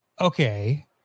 Okay